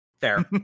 Fair